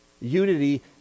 unity